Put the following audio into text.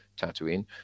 Tatooine